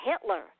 Hitler